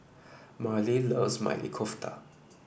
Marlee loves Maili Kofta